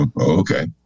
okay